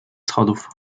schodów